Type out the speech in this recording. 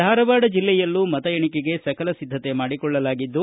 ಧಾರವಾಡ ಜೆಲ್ಲೆಯಲ್ಲೂ ಮತ ಎಣಿಕೆಗೆ ಸಕಲ ಸಿದ್ದತೆ ಮಾಡಿಕೊಳ್ಳಲಾಗಿದ್ದು